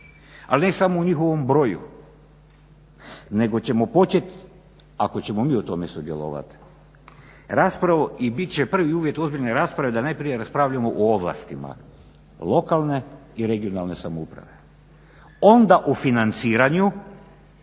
Ali ne samo u njihovom broju, nego ćemo početi ako ćemo mi u tome sudjelovati raspravu i bit će prvi uvjet ozbiljne rasprave da najprije raspravljamo o ovlastima lokalne i regionalne samouprave, onda o financiranju